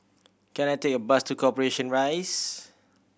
can I take a bus to Corporation Rise